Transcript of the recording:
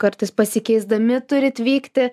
kartais pasikeisdami turit vykti